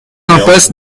impasse